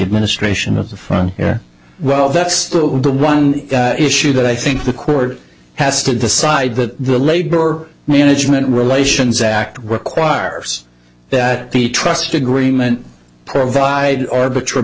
administration of the front well that's the one issue that i think the court has to decide that the labor management relations act requires that the trust agreement provide arbit